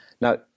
Now